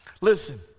Listen